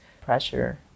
pressure